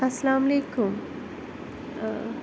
اَلسلامُ علیکُم ٲں